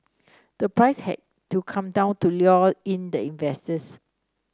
the price had to come down to lure in the investors